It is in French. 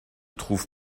trouve